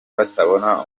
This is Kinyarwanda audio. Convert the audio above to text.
batabona